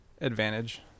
advantage